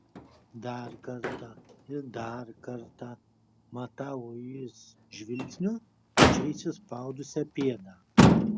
dar kartą ir dar kartą matavo jis žvilgsniu čia įsispaudusią pėdą